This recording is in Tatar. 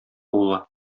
улы